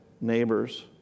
neighbors